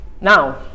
Now